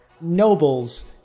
Nobles